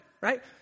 right